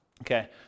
Okay